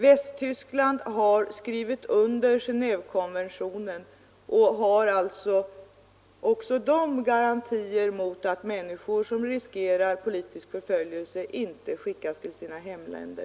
Västtyskland har skrivit under Gen&vekonventionen och man har alltså även där garantier för att människor som riskerar politisk förföljelse inte skickas till sina hemländer.